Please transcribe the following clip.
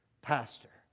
pastor